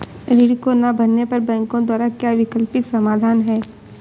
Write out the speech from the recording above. ऋण को ना भरने पर बैंकों द्वारा क्या वैकल्पिक समाधान हैं?